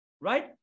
Right